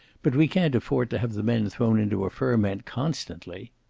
but we can't afford to have the men thrown into a ferment, constantly.